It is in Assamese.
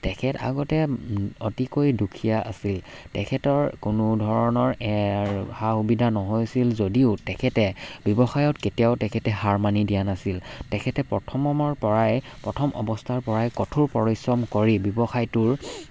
তেখেত আগতে অতিকৈ দুখীয়া আছিল তেখেতৰ কোনো ধৰণৰ সা সুবিধা নহৈছিল যদিও তেখেতে ব্যৱসায়ত কেতিয়াও তেখেতে হাৰ মানি দিয়া নাছিল তেখেতে প্ৰথমমৰ পৰাই প্ৰথম অৱস্থাৰ পৰাই কঠোৰ পৰিশ্ৰম কৰি ব্যৱসায়টোৰ